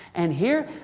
and here,